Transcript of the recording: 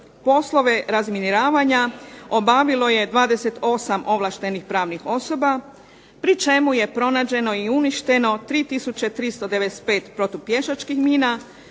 poslove razminiravanja obavilo je 28 ovlaštenih pravnih osoba pri čemu je pronađeno i uništeno 3395 protupješačkih mina,